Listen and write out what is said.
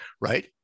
Right